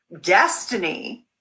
destiny